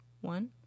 one